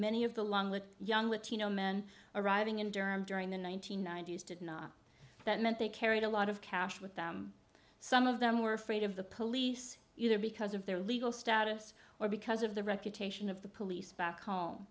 many of the long lived young latino men arriving in durham during the one nine hundred ninety s did not that meant they carried a lot of cash with them some of them were afraid of the police either because of their legal status or because of the reputation of the police back home